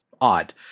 odd